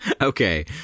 Okay